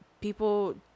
people